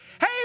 Hey